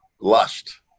lust